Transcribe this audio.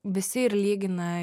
visi ir lygina